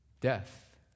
Death